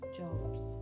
jobs